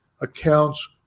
accounts